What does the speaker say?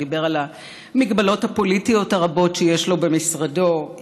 ודיבר על המגבלות הפוליטיות הרבות שיש לו במשרדו,